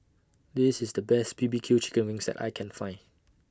This IS The Best B B Q Chicken Wings that I Can Find